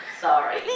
Sorry